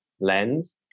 lens